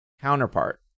counterpart